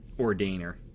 ordainer